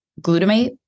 glutamate